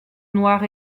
noirs